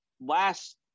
last